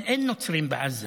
אבל אין נוצרים בעזה.